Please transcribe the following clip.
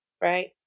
right